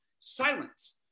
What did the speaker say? silence